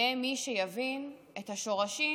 יהיה מי שיבין את השורשים